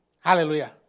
Hallelujah